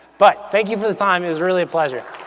but thank you for the time. it was really a pleasure.